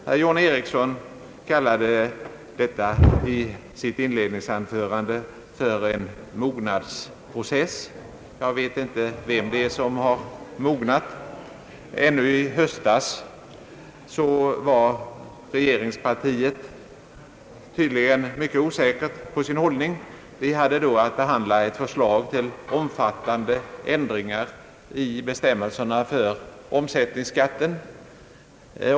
Herr John Ericsson kallade detta i sitt inledningsanförande för en »mognadsprocess». Jag vet inte vem det är som har mognat. Ännu i höstas var man inom regeringspartiet mycket osäker på sin hållning. Vi hade då att behandla ett förslag till omfattande ändringar i bestämmelserna för omsättningsskatten.